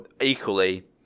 equally